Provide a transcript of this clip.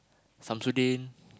Shamsuddin